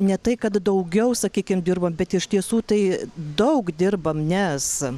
ne tai kad daugiau sakykim dirbom bet iš tiesų tai daug dirbam nes